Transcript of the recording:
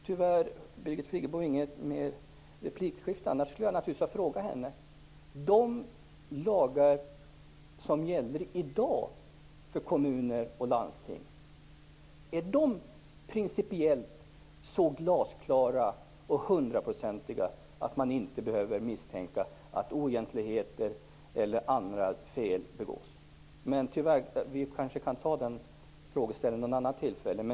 Tyvärr har Birgit Friggebo ingen ytterligare replik, men annars skulle jag ha ställt en fråga till henne: Är de lagar som gäller i dag för kommuner och landsting principiellt så glasklara och hundraprocentiga att man inte behöver misstänka att oegentligheter eller andra fel begås? Men vi kanske kan ta den frågan vid något annat tillfälle.